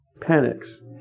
panics